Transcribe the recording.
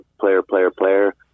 player-player-player